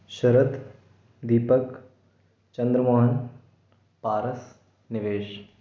शरत दीपक चंद्रमोहन पारस निवेश